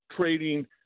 trading